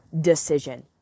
decision